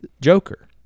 Joker